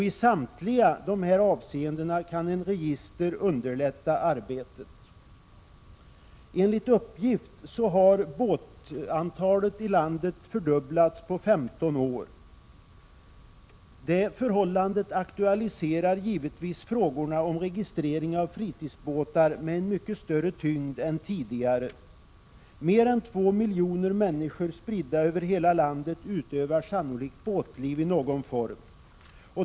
I samtliga dessa avseenden kan ett register underlätta arbetet. Enligt uppgift har antalet båtar i landet fördubblats på 15 år. Det förhållandet aktualiserar givetvis med en mycket större tyngd än tidigare frågorna om registrering av fritidsbåtar. Mer än två miljoner människor, spridda över hela landet, utövar sannolikt båtliv i någon form.